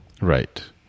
Right